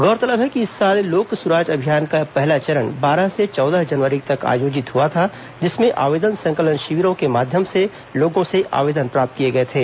गौरतलब है कि इस साल लोक सुराज अभियान का पहला चरण बारह से चौदह जनवरी तक आयोजित हुआ था जिसमें आवेदन संकलन शिविरों के माध्यम से लोगों से आवेदन प्राप्त किए गए थे